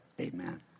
amen